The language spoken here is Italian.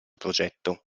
progetto